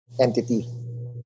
entity